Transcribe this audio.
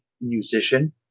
musician